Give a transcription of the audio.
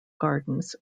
gardens